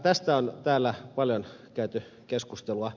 tästä on täällä paljon käyty keskustelua